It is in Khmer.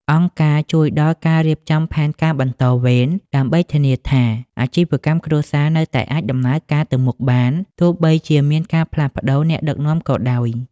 អង្គការជួយដល់ការរៀបចំផែនការបន្តវេន ដើម្បីធានាថាអាជីវកម្មគ្រួសារនៅតែអាចដំណើរការទៅមុខបាន ទោះបីជាមានការផ្លាស់ប្តូរអ្នកដឹកនាំក៏ដោយ។